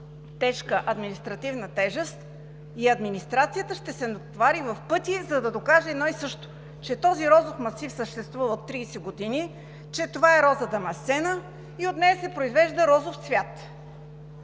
тежка административна тежест администрацията ще се натовари в пъти, за да докаже едно и също – че този розов масив съществува от 30 години, че това е Роза дамасцена и от нея се произвежда розов цвят.